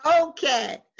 Okay